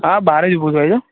હા બારેજ ઊભો છું આવી જાઓ